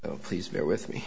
to please bear with me